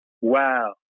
Wow